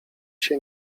się